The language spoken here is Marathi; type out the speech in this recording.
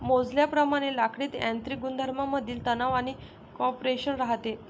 मोजल्याप्रमाणे लाकडीत यांत्रिक गुणधर्मांमधील तणाव आणि कॉम्प्रेशन राहते